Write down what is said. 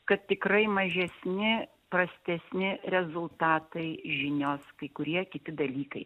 kad tikrai mažesni prastesni rezultatai žinios kai kurie kiti dalykai